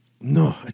No